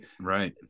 Right